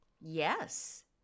yes